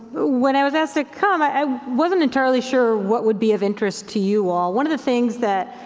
when i was asked to come i i wasn't entirely sure what would be of interest to you all. one of the things that.